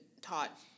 taught